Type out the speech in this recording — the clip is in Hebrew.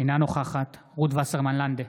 אינה נוכחת רות וסרמן לנדה,